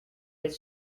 but